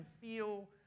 feel